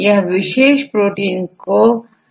इस तरह विशेष प्रोटीन का विशेष कार्य होता है